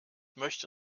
möchte